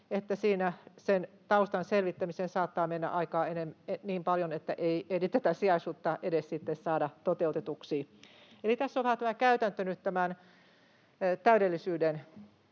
sen taustan selvittämiseen saattaa mennä aikaa niin paljon, että ei ehdi tätä sijaisuutta edes sitten saada toteutetuksi. Eli tässä on vähän tämä